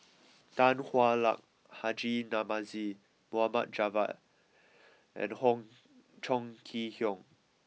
Tan Hwa Luck Haji Namazie Mohd Javad and Hong Chong Kee Hiong